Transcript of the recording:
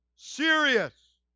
serious